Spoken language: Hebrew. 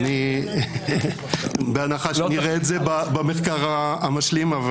בהנחה שנראה את זה במחקר המשלים,